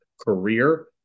career